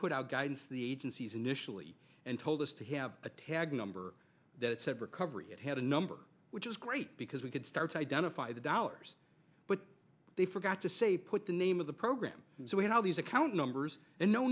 put out guidance the agencies initially and told us to have a tag number that said recovery it had a number which is great because we could start to identify the dollars but they forgot to say put the name of the so we had all these account numbers and no